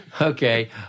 Okay